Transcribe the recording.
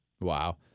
Wow